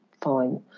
Fine